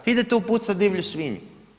Idete upucati divlju svinju.